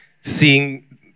seeing